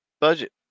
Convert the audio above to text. budget